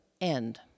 end